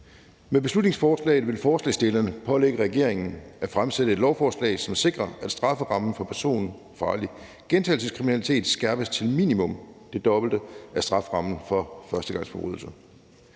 Med beslutningsforslaget vil forslagsstillerne pålægge regeringen at fremsætte et lovforslag, som sikrer, at strafferammen for personfarlig gentagelseskriminalitet skærpes til minimum det dobbelte af strafferammen for førstegangsforbrydelser.